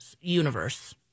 universe